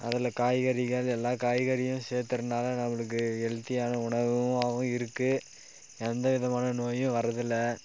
அதில் காய்கறிகள் எல்லா காய்கறியும் சேர்த்துறனால நம்மளுக்கு ஹெல்த்தியான உணவுவாகவும் இருக்குது எந்தவிதமான நோயும் வர்றதில்ல